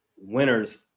winners